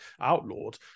outlawed